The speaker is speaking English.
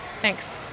thanks